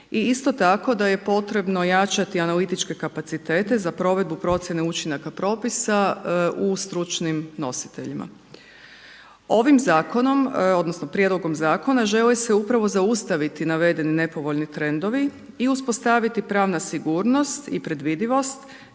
I isto tako da je potrebno jačati analitičke kapacitete za provedbu procjene učinaka propisa u stručnim nositeljima. Ovim zakonom, odnosno prijedlogom zakona želi se upravo zaustaviti navedeni nepovoljni trendovi i uspostaviti pravna sigurnost i predvidivost